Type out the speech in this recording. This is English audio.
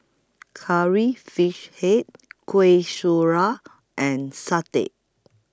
Curry Fish Head Kueh Syara and Satay